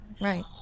Right